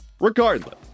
Regardless